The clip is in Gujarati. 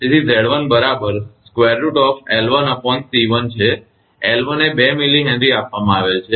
તેથી 𝑍1 બરાબર √𝐿1𝐶1 છે 𝐿1 એ 2 mH આપવામાં આવેલ છે